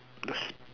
because